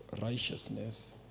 righteousness